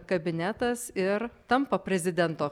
kabinetas ir tampa prezidento